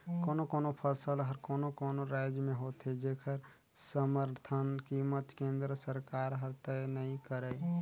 कोनो कोनो फसल हर कोनो कोनो रायज में होथे जेखर समरथन कीमत केंद्र सरकार हर तय नइ करय